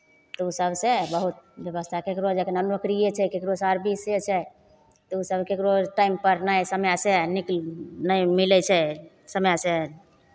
ओ सभसँ बहुत व्यवस्था ककरो जखना नौकरिए छै ककरो सर्विस छै तऽ ओसभ केकरो टाइमपर नहि समयसँ नीक नहि मिलै छै समयसँ